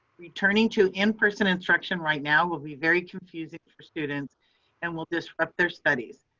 returning to in-person instruction right now will be very confusing for students and will disrupt their studies.